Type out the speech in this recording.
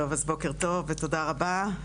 בוקר טוב ותודה רבה.